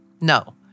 No